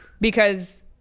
because-